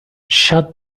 shut